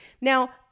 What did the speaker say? Now